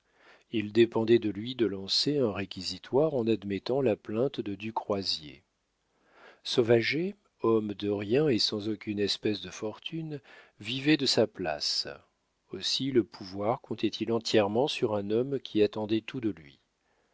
il dépendait de lui de lancer un réquisitoire en admettant la plainte de du croisier sauvager homme de rien et sans aucune espèce de fortune vivait de sa place aussi le pouvoir comptait-il entièrement sur un homme qui attendait tout de lui